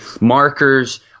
markers